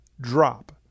drop